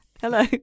hello